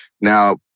Now